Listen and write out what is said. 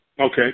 Okay